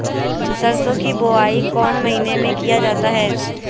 सरसो की बोआई कौन महीने में किया जाता है?